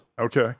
Okay